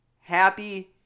happy